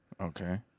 Okay